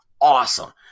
awesome